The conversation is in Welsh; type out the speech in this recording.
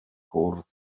cwrdd